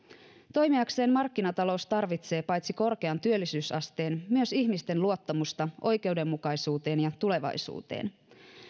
toimiakseen markkinatalous tarvitsee paitsi korkean työllisyysasteen myös ihmisten luottamusta oikeudenmukaisuuteen ja tulevaisuuteen